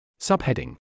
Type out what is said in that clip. Subheading